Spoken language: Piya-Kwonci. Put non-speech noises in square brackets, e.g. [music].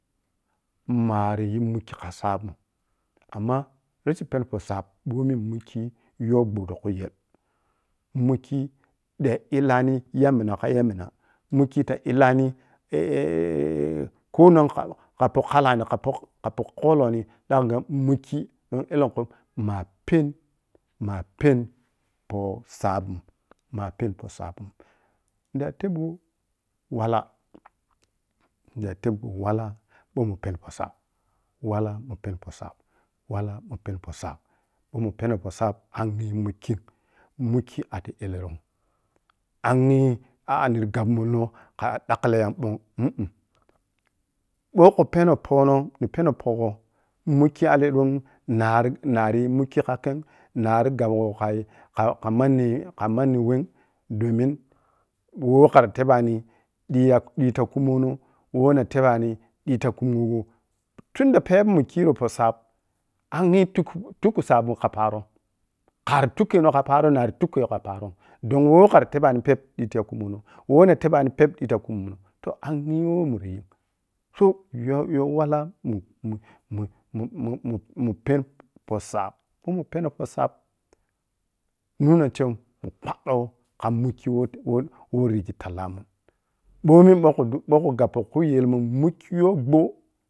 Marii yi mukki kha sabi’m amma rashi sani poh sab ɓomi mukki y nu gboh ti khu yel mukki da illani yamina kha yamina, mukki ta illani [hesitation] konong kha poh khala ni cha kha pohka phk khalani ƌang mukki don ellenkhu ma peni poh sabi’m, ma peni poh sabin weh munda tebu walla munda tebge wala bou mun pɛni poh sab wala ma peni poh sab-wala ma pɛni poh sab ɓou ma mun pɛni poh sab agyi mukkim-mukki ati-illuru’m angyi [hesitation] nira gab molno kha ƌakklang ya bong [hesitation] ɓou khe penou pohno, ni penou pohgho mukki alli-illiru’m nari-narigu mukki kha keng, nari gb gwo kii-kha-kha manni wem domin who karri teban diya dil ta khumono who na teba ni diti khumo gho tunda pɛp mun khiro poh sabi angyi tuk-tukku sabim kha paro karri tukke no khe paro’m narri tukke gho kha paro’m don woh karri tebani pɛp digi ti khumono toh angyi woh mura yim so you youwala mu-mun-mu-mun-mu-mun pɛp poh sab ɓoi mun pɛno poh sab nuno cewa mun kpaƌƌo kha mukki woha woh rigi talla mun ɓomi bou khu-bou khu gabpo ku yel mun mukki yow gboh